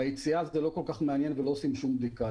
ביציאה זה לא כל כך מעניין ולא עושים שום בדיקה.